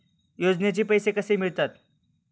योजनेचे पैसे कसे मिळतात?